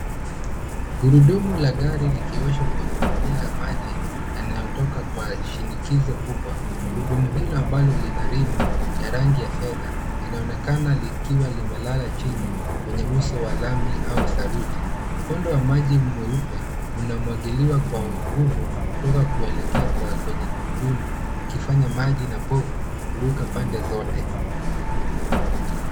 Gurudumu la gari likioshwa kwa kutumia maji yanayotoka kwa shinikizo kubwa. Gurudumu hilo ambalo lina rimu ya rangi ya fedha, linaonekana likiwa limelala chini kwenye uso wa lami au saruji. Mkondo wa maji mweupe unamwagiliwa kwa nguvu kutoka kwa kuelekea kwenye gurudumu ikifanya maji na povu kuruka pande zote.